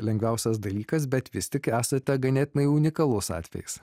lengviausias dalykas bet vis tik esate ganėtinai unikalus atvejis